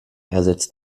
ersetzt